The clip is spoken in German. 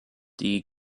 die